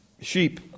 sheep